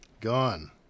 Gone